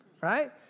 right